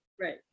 Right